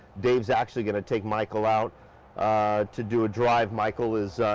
dave's actually gonna take michael out to do a drive. michael is,